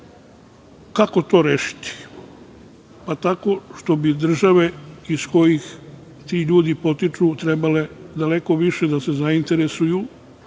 Kako to rešiti? Tako što bi države iz kojih ti ljudi potiču trebale daleko više da se zainteresuju